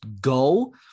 go